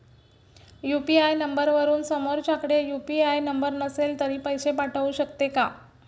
UPI नंबरवरून समोरच्याकडे UPI number नसेल तरी पैसे पाठवू शकते का?